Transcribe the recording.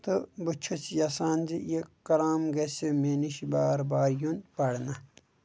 تہٕ بہٕ چھُس یَژھان زِ یہِ قران گژھِ مےٚ نِش بار بار یُن پَرنہٕ